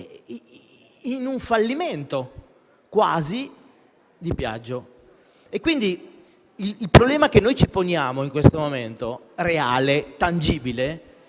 un quasi fallimento della Piaggio. Quindi, il problema che noi ci poniamo in questo momento, reale, tangibile,